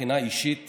מבחינה אישית